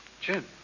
Jim